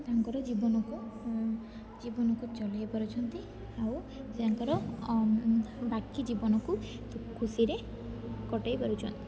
ତାଙ୍କର ଜୀବନକୁ ଜୀବନକୁ ଚଲେଇ ପାରୁଛନ୍ତି ଆଉ ତାଙ୍କର ବାକି ଜୀବନକୁ ସେ ଖୁସିରେ କଟେଇ ପାରୁଛନ୍ତି